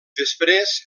després